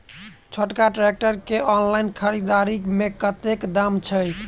छोटका ट्रैक्टर केँ ऑनलाइन खरीददारी मे कतेक दाम छैक?